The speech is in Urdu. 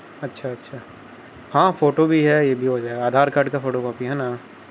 اچھا اچھا ہاں فوٹو بھی ہے یہ بھی ہو جائے گا آدھار کارڈ کا فوٹو کاپی ہے نا